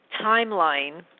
timeline